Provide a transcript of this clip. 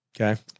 Okay